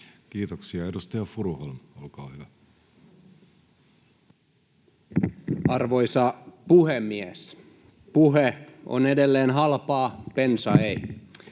Kiitoksia. — Edustaja Furuholm, olkaa hyvä. Arvoisa puhemies! Puhe on edelleen halpaa, bensa ei.